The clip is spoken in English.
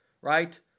right